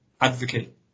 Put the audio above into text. advocate